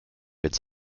its